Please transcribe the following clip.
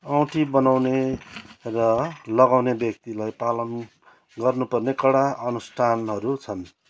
औँठी बनाउने र लगाउने व्यक्तिले पालन गर्नुपर्ने कडा अनुष्ठानहरू छन्